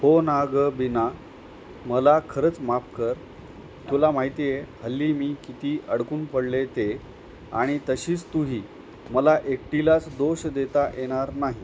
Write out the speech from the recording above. हो ना गं बिना मला खरंच माफ कर तुला माहिती आहे हल्ली मी किती अडकून पडले ते आणि तशीच तूही मला एकटीलाच दोष देता येणार नाही